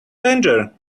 danger